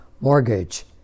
mortgage